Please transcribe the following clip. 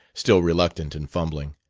still reluctant and fumbling,